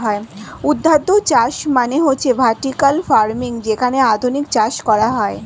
ঊর্ধ্বাধ চাষ মানে হচ্ছে ভার্টিকাল ফার্মিং যেখানে আধুনিক চাষ করা হয়